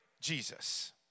Jesus